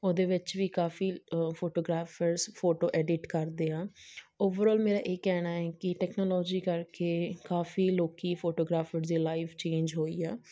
ਉਹਦੇ ਵਿੱਚ ਵੀ ਕਾਫੀ ਫੋਟੋਗ੍ਰਾਫਰਸ ਫੋਟੋ ਐਡਿਟ ਕਰਦੇ ਆ ਓਵਰਆਲ ਮੇਰਾ ਇਹ ਕਹਿਣਾ ਹੈ ਕਿ ਟੈਕਨੋਲੋਜੀ ਕਰਕੇ ਕਾਫੀ ਲੋਕ ਫੋਟੋਗ੍ਰਾਫਰਜ ਲਾਈਵ ਚੇਂਜ ਹੋਈ ਆ